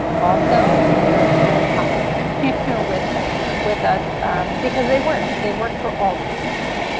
also they're they're really popular with with us because they work they work for all students.